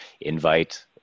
invite